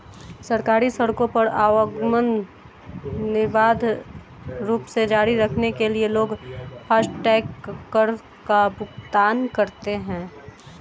सरकारी सड़कों पर आवागमन निर्बाध रूप से जारी रखने के लिए लोग फास्टैग कर का भुगतान करते हैं